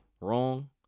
Wrong